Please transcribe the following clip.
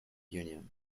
union